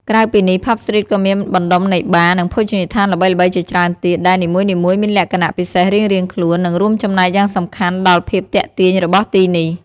ក្រៅពីនេះ ផាប់ ស្ទ្រីត ក៏មានបណ្ដុំនៃបារ និងភោជនីយដ្ឋានល្បីៗជាច្រើនទៀត ដែលនីមួយៗមានលក្ខណៈពិសេសរៀងៗខ្លួន និងរួមចំណែកយ៉ាងសំខាន់ដល់ភាពទាក់ទាញរបស់ទីនេះ។